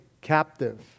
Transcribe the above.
captive